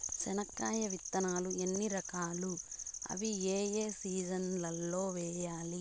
చెనక్కాయ విత్తనాలు ఎన్ని రకాలు? అవి ఏ ఏ సీజన్లలో వేయాలి?